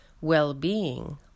well-being